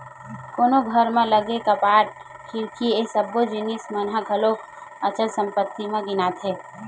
कोनो घर म लगे कपाट, खिड़की ये सब्बो जिनिस मन ह घलो अचल संपत्ति म गिनाथे